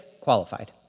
qualified